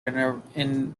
invertebrates